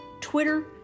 Twitter